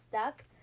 stuck